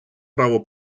право